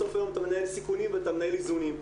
בסוף היום אתה מנהל סיכונים ואתה מנהל איזונים.